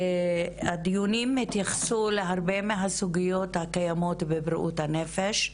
הדיונים התייחסו להרבה מהסוגיות הקיימות בבריאות הנפש,